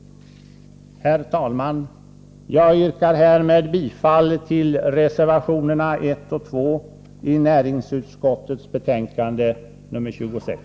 Herr talman! Jag yrkar härmed bifall till reservationerna 1 och 2 i näringsutskottets betänkande 26.